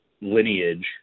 lineage –